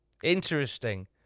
Interesting